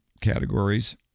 categories